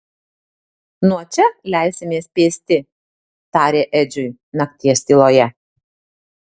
nuo čia leisimės pėsti tarė edžiui nakties tyloje